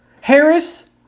Harris